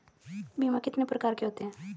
बीमा कितने प्रकार के होते हैं?